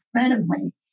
incredibly